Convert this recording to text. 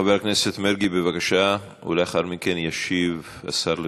חבר הכנסת מרגי, בבקשה, ולאחר מכן ישיב השר לוין.